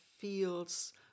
feels